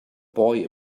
boy